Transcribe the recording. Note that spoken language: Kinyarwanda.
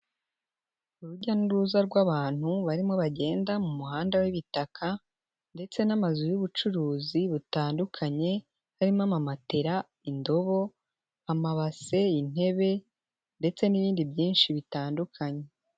Urujya n'uruza rw'abantu barimo bagenda mu muhanda w'ibitaka ndetse n'amazu y'ubucuruzi butandukanye, harimo: amamatera, indobo, amabase, intebe ndetse n'ibindi byinshi bitandukanye.